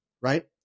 right